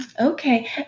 Okay